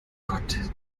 gott